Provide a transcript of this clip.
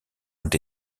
ont